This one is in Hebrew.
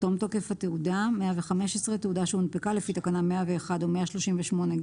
115.תום תוקף התעודה תעודה שהונפקה לפי תקנה 101 או 138(ג)